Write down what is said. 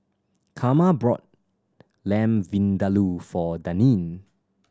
Carma brought Lamb Vindaloo for Daneen